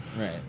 right